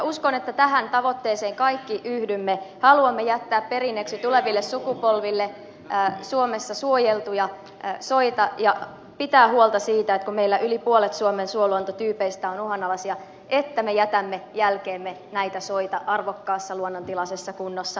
uskon että tähän tavoitteeseen kaikki yhdymme haluamme jättää perinnöksi tuleville sukupolville suomessa suojeltuja soita ja pitää huolta siitä että kun meillä yli puolet suomen suoluontotyypeistä on uhanalaisia niin me jätämme jälkeemme näitä soita arvokkaassa luonnontilaisessa kunnossa